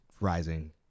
rising